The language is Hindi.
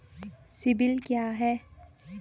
सिबिल क्या है?